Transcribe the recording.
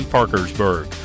Parkersburg